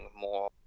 more